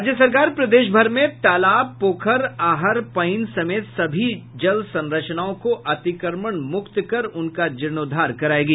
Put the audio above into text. राज्य सरकार प्रदेश भर में तालाब पोखर आहर पईन समेत सभी जल संरचनाओं को अतिक्रमण से मुक्त कर उनका जीर्णोद्धार करायेगी